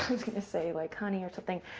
i was going to say, like, honey or something.